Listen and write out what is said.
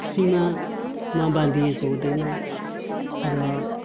सीमामा बाँधिएको हुँदैन र